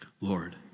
Lord